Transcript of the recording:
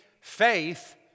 Faith